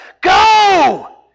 Go